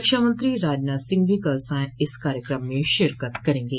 रक्षामंत्री राजनाथ सिंह भी कल सांय इस कार्यक्रम में शिरकत करेंगे